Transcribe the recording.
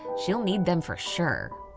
she'll need them for sure.